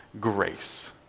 grace